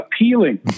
appealing